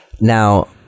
Now